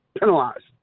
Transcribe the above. penalized